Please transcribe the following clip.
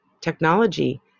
technology